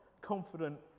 confident